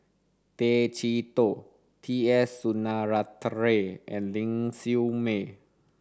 Tay Chee Toh T S Sinnathuray and Ling Siew May